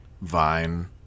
Vine